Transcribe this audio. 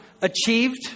achieved